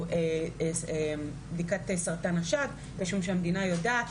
או לבדיקת סרטן השד אני חושבת שהמדינה יודעת